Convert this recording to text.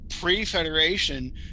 pre-Federation